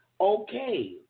okay